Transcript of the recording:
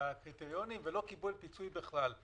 בקריטריונים ולא קיבל פיצוי בכלל,